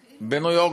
בניו-יורק.